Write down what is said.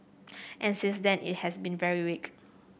and since then it has been very weak